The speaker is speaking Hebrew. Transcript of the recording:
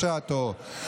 בשעתו.